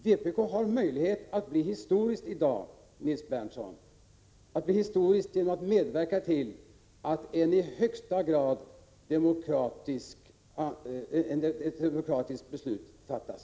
Vpk har möjlighet att bli historiskt i dag, Nils Berndtson, genom att medverka till att ett i högsta grad demokratiskt beslut fattas.